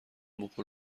بخور